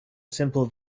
simple